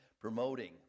promoting